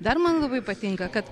dar man labai patinka kad